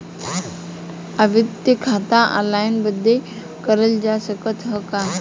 आवर्ती खाता ऑनलाइन बन्द करल जा सकत ह का?